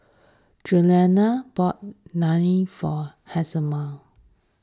Juliann bought Naan for Hjalmar